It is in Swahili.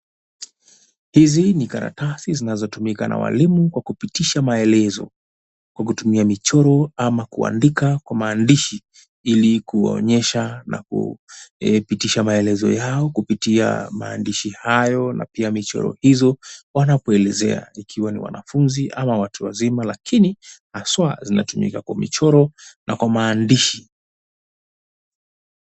Hizi ni karatasi zinazotumika na walimu kwa kupitisha maelezo kwa kutumia michoro ama kuandika kwa maandishi ili kuwaonyesha na kupitisha maelezo yao kupitia maandishi hayo na pia michoro hizo wanapoelezea ikiwa ni wanafunzi ama watu wazima lakini haswa zinatumika kwa michoro na kwa maandishi.